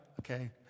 okay